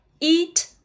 eat